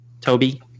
Toby